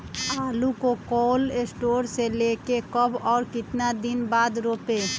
आलु को cold store से ले के कब और कितना दिन बाद रोपे?